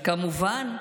כמובן.